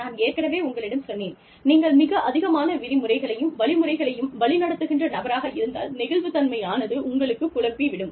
நான் ஏற்கனவே உங்களிடம் சொன்னேன் நீங்கள் மிக அதிகமான விதிமுறைகளையும் வழிமுறைகளையும் வழிநடத்துகின்ற நபராக இருந்தால் நெகிழ்வுத்தன்மை ஆனது உங்களை குழப்பி விடும்